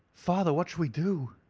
father, what shall we do?